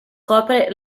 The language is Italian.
copre